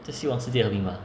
就希望世界和平吧